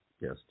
Yes